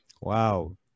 Wow